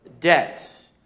debts